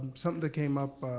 something that came up,